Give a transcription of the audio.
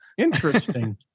interesting